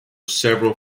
several